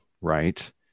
right